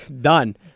done